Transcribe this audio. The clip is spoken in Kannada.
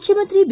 ಮುಖ್ಯಮಂತ್ರಿ ಬಿ